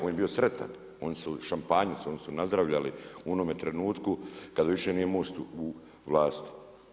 On je bio sretan, oni su šampanjac, oni su nazdravljali u onome trenutku kad više nije MOST u vlasti.